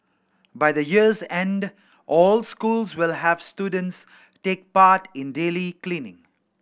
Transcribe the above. by the year's end all schools will have students take part in daily cleaning